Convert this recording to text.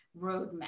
roadmap